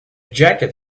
jacket